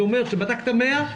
זה אומר שבדקת 100,